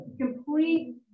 complete